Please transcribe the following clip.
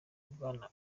bwana